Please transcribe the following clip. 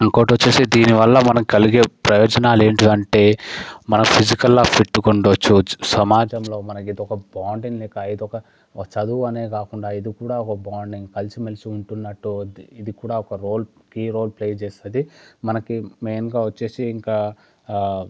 ఇంకొకటి వచ్చేసి దీనివల్ల మన కలిగే ప్రయోజనాలు ఏంటి అంటే మన ఫిజికల్గా ఫిట్టుగా ఉండొచ్చు సమాజంలో మనకి ఇదొక బాండింగ్ లెక్క ఇదొక చదువు అనే కాకుండా ఇది కూడా ఒక బాండింగ్ కలిసి మెలిసి ఉంటున్నట్టు అవుద్ది ఇది కూడా ఒక రోల్ కీ రోల్ ప్లే చేస్తుంది మనకి మెయిన్గా వచ్చేసి ఇంకా